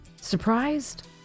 Surprised